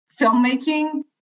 filmmaking